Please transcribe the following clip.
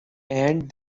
and